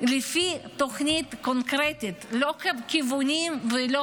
לפי תוכנית קונקרטית, לא כיוונים ולא